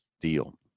deal